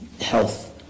health